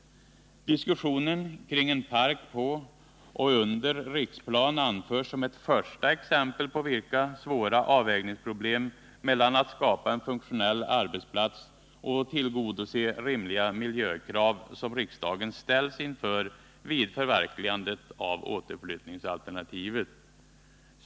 Diskussionen kring en park på och under Riksplan anförs som ett första exempel på vilka svåra avvägningsproblem mellan att skapa en funktionell arbetsplats och att tillgodose rimliga miljökrav som riksdagen ställs inför vid förverkligande av återflyttningsalternativet.